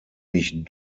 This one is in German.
mich